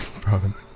province